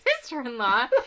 sister-in-law